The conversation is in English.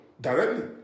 directly